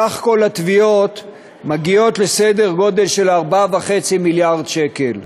סך כל התביעות מגיעות לסדר גודל של 4.5 מיליארד שקל.